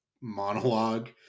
monologue